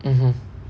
mmhmm